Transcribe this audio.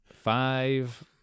Five